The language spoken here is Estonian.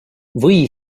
või